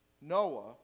Noah